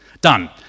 Done